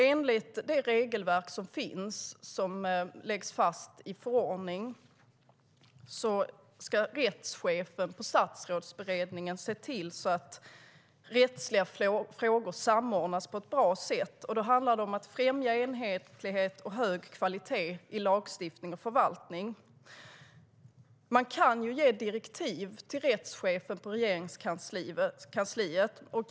Enligt det regelverk som finns och som läggs fast i förordning ska rättschefen i Statsrådsberedningen se till att rättsliga frågor samordnas på ett bra sätt. Då handlar det om att främja enhetlighet och hög kvalitet i lagstiftning och förvaltning. Man kan ge direktiv till rättschefen i Statsrådsberedningen.